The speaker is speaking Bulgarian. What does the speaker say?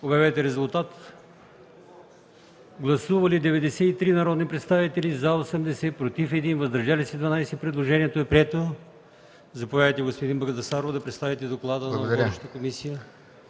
на гласуване. Гласували 93 народни представители: за 80, против 1, въздържали се 12. Предложението е прието. Заповядайте, господин Багдасаров, да представите доклада на водещата комисия.